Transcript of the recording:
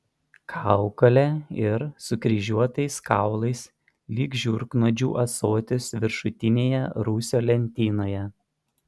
kaukole ir sukryžiuotais kaulais lyg žiurknuodžių ąsotis viršutinėje rūsio lentynoje